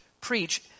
preach